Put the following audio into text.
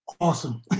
awesome